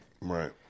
Right